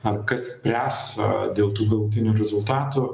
ar kas spręs dėl tų galutinių rezultatų